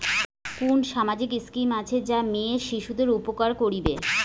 কুন সামাজিক স্কিম আছে যা মেয়ে শিশুদের উপকার করিবে?